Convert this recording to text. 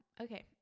Okay